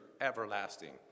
everlasting